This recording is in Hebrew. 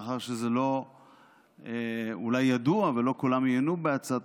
מאחר שזה אולי לא ידוע ולא כולם עיינו בהצעת